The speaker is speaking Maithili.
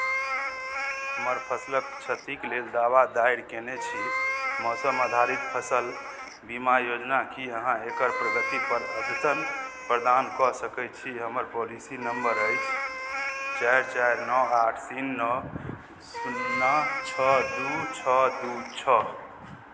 हम फसलक क्षतिक लेल दावा दायर कयने छी मौसम आधारित फसल बीमा योजना की अहाँ एकर प्रगतिपर अद्यतन प्रदान कऽ सकैत छी हमर पॉलिसी नम्बर अछि चारि चारि नओ आठ तीन नओ शुन्ना छओ दू छओ दू छओ